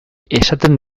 esaten